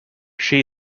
she